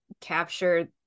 capture